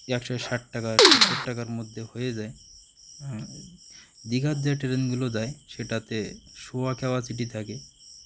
একশো ষাট টাকা ষাট টাকার মধ্যে হয়ে যায় দীঘার যে ট্রেনগুলো দেয় সেটাতে শোওয়া ক্যাপাসিটি থাকে